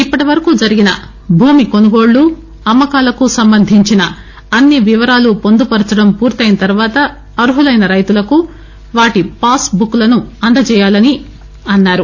ఇప్పటి వరకు జరిగిన భూమి కొనుగోళ్లు అమ్మకాలకు సంబంధించిన అన్ని వివరాలు పొందుపరచడం పూర్తయిన తరువాత అర్హులైన రైతులకు వాటి పాస్ బుక్ లను అందజేయాలని అన్నారు